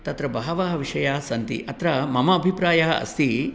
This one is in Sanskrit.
तत्र बहवः विषयास्सन्ति अत्र मम अभिप्रायः अस्ति